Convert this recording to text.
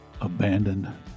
abandoned